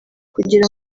kugira